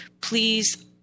please